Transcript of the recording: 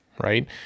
right